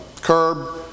curb